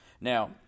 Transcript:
now